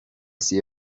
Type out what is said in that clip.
see